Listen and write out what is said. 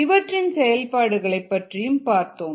இவற்றின் செயல்பாடுகளைப் பற்றி பார்த்தோம்